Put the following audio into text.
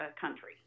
country